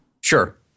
Sure